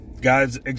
guys